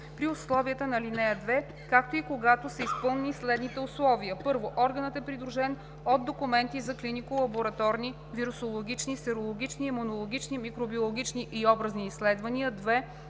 при условията на ал. 2, както и когато са изпълнени следните условия: 1. органът е придружен от документи за клинико-лабораторни, вирусологични, серологични, имунологични, микробиологични и образни изследвания;